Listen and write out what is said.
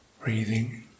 breathing